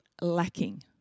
lacking